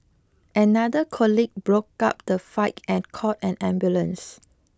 another colleague broke up the fight and called an ambulance